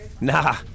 Nah